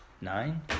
Nine